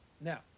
Now